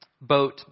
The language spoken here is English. boat